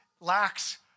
lacks